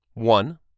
one